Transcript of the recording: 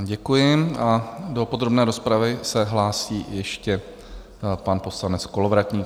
Děkuji a do podrobné rozpravy se hlásí ještě pan poslanec Kolovratník.